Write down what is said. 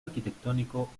arquitectónico